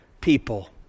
people